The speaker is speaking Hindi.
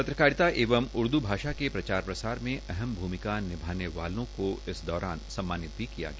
पत्रकारिता एवं उर्दू भाषा के प्रचार प्रसार में अहम भूमिका निभाने वालों को इस दौरान सम्मानित भी किया गया